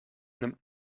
nimmt